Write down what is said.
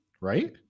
right